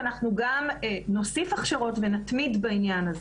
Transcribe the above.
אנחנו גם נוסיף הכשרות ונתמיד בעניין הזה.